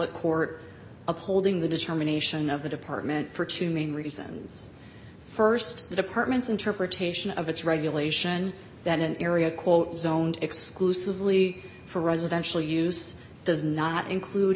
e court upholding the determination of the department for two main reasons st the department's interpretation of its regulation that an area quote zoned exclusively for residential use does not include